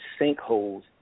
sinkholes